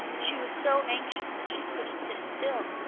she was so anxious that she couldn't sit still.